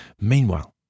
Meanwhile